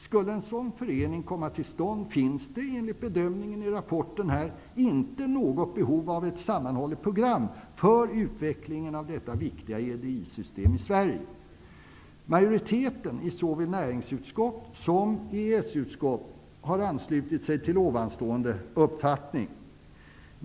Skulle en sådan förening komma till stånd finns det, enligt bedömningen i rapporten, inte något behov av ett sammanhållet program för utvecklingen av detta viktiga EDI Majoriteten i såväl näringsutskott som EES-utskott har anslutit sig till ovanstående uppfattning.